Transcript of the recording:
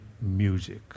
music